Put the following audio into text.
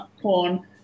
porn